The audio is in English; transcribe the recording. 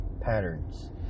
patterns